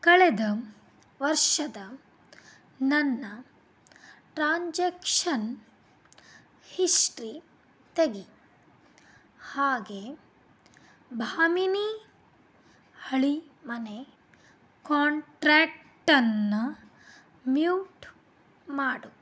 ಕಳೆದ ವರ್ಷದ ನನ್ನ ಟ್ರಾನ್ಜಕ್ಷನ್ ಹಿಸ್ಟ್ರಿ ತೆಗಿ ಹಾಗೆ ಭಾಮಿನಿ ಹಳಿಮನೆ ಕಾಂಟ್ರ್ಯಾಕ್ಟನ್ನು ಮ್ಯೂಟ್ ಮಾಡು